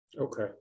Okay